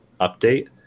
update